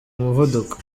umuvuduko